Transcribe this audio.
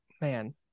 Man